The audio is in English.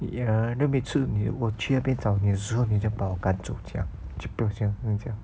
ya then 每次你我去那边找你的时候你就把我赶走这样就不要这样这样讲